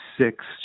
six